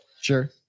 Sure